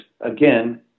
again